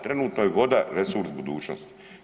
Trenutno je voda resurs budućnosti.